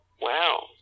Wow